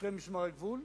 שוטרי משמר הגבול,